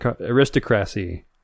aristocracy